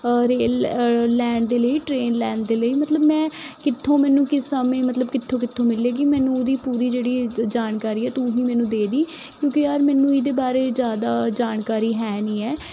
rail ਲੈਣ ਦੇ ਲਈ ਟ੍ਰੇਨ ਲੈਣ ਦੇ ਲਈ ਮਤਲਬ ਮੈਂ ਕਿੱਥੋਂ ਮੈਨੂੰ ਕਿਸ ਸਮੇਂ ਮਤਲਬ ਕਿੱਥੋਂ ਕਿੱਥੋਂ ਮਿਲੇਗੀ ਮੈਨੂੰ ਉਹਦੀ ਪੂਰੀ ਜਿਹੜੀ ਜਾਣਕਾਰੀ ਹੈ ਤੂੰ ਹੀ ਮੈਨੂੰ ਦੇ ਦੀ ਕਿਉਂਕਿ ਯਾਰ ਮੈਨੂੰ ਇਹਦੇ ਬਾਰੇ ਜ਼ਿਆਦਾ ਜਾਣਕਾਰੀ ਹੈ ਨਹੀਂ ਹੈ